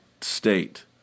state